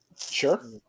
Sure